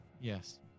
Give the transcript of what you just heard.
yes